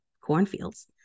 cornfields